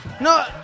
No